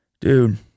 Dude